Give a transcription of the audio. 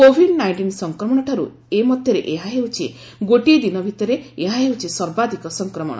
Covid nineteen ସଂକ୍ମଣଠାରୁ ଏ ମଧ୍ୟରେ ଏହା ହେଉଛି ଗୋଟିଏ ଦିନ ଭିତରେ ଏହା ହେଉଛି ସର୍ବାଧିକ ସଂକ୍ରମଣ